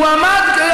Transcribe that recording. הוא יושב פה?